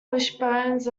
wishbones